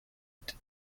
and